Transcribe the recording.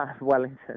Wellington